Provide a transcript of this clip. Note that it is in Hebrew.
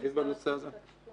להרחיב בנושא הזה.